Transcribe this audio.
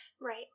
Right